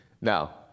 Now